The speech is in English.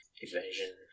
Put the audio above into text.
evasion